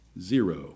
Zero